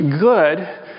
good